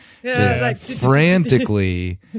frantically